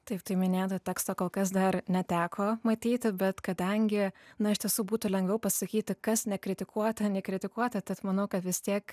taip tai minėto teksto kol kas dar neteko matyti bet kadangi na iš tiesų būtų lengviau pasakyti kas nekritikuota nei kritikuota tad manau kad vis tiek